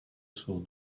svou